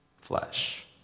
flesh